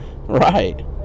Right